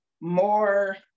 more